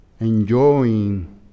enjoying